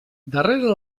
darrere